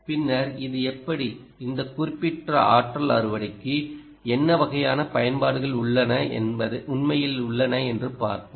பின்னர் இது எப்படி இந்த குறிப்பிட்ட ஆற்றல் அறுவடைக்கு என்ன வகையான பயன்பாடுகள் உண்மையில் உள்ளன என்று பார்ப்போம்